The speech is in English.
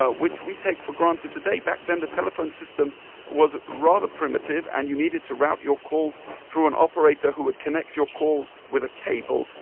ah which we take for granted today back then the telephone system was rather primitive, and you needed to route your call through an operator who would connect your call with a cable,